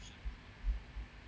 mm